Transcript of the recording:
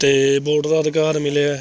ਅਤੇ ਵੋਟ ਦਾ ਅਧਿਕਾਰ ਮਿਲਿਆ